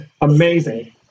Amazing